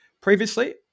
previously